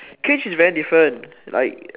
cage is very different like